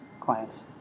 clients